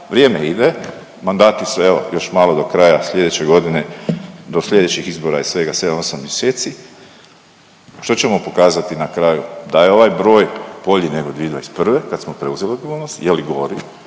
vrijeme ide, mandati su evo još malo do kraja slijedeće godine, do slijedećih izbora i svega 7-8 mjeseci, što ćemo pokazati na kraju? Da je ovaj broj bolji nego 2021. kad smo preuzeli odgovornost, je li gori?